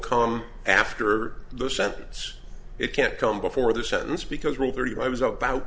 come after the sentence it can't come before the sentence because rule thirty two i was about